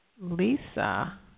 Lisa